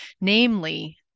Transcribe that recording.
namely